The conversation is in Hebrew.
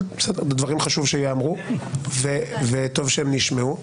אבל, בסדר, חשוב שייאמרו הדברים וטוב שהם נשמעו.